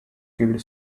killed